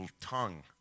tongue